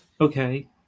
Okay